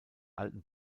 alten